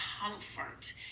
comfort